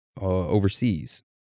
overseas